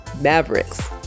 Mavericks